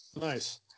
Nice